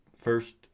first